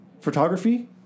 Photography